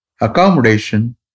accommodation